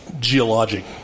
geologic